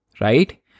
right